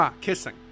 kissing